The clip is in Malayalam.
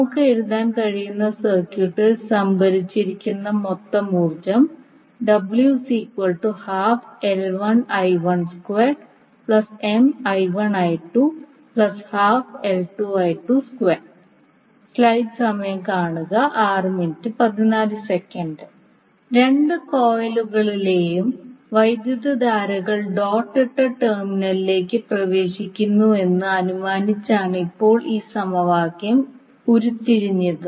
നമുക്ക് എഴുതാൻ കഴിയുന്ന സർക്യൂട്ടിൽ സംഭരിച്ചിരിക്കുന്ന മൊത്തം ഊർജ്ജം രണ്ട് കോയിലുകളിലെയും വൈദ്യുതധാരകൾ ഡോട്ട് ഇട്ട ടെർമിനലിലേക്ക് പ്രവേശിക്കുന്നുവെന്ന് അനുമാനിച്ചാണ് ഇപ്പോൾ ഈ സമവാക്യം ഉരുത്തിരിഞ്ഞത്